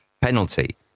penalty